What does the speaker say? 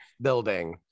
building